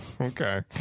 Okay